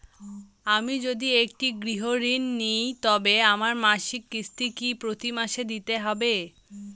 আমি যদি একটি গৃহঋণ নিই তবে আমার মাসিক কিস্তি কি প্রতি মাসে দিতে হবে?